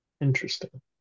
Interesting